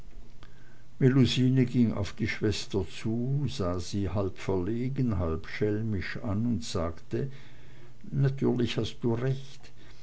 melusine ging auf die schwester zu sah sie halb verlegen halb schelmisch an und sagte natürlich hast du recht